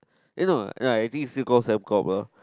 eh no and I think is still called Sembcorp lah